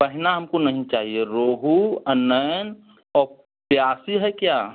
पहिना हमको नहीं चाहिए रोहू आ नयन और प्यासी है क्या